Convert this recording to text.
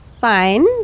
Fine